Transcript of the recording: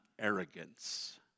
Arrogance